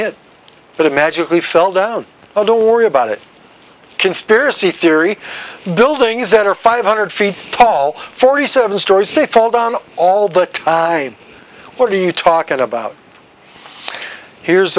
it magically fell down i don't worry about it conspiracy theory buildings that are five hundred feet tall forty seven stories they fall down all the time what are you talking about